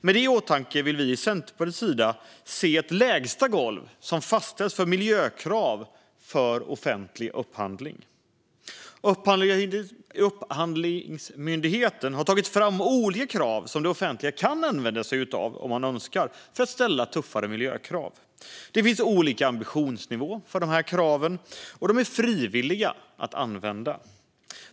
Med det i åtanke vill vi från Centerpartiets sida se att ett lägsta golv fastställs för miljökrav för offentlig upphandling. Upphandlingsmyndigheten har tagit fram olika krav som det offentliga kan använda sig av om man önskar för att ställa tuffare miljökrav. Det finns olika ambitionsnivå för de här kraven, och de är frivilliga att använda.